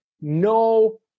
no